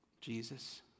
Jesus